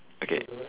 okay